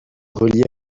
reliait